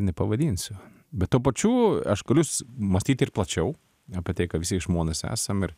nepavadinsiu bet tuo pačiu aš galiu mąstyt ir plačiau apie tai ka visi žmonės esam ir